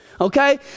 okay